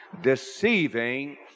deceiving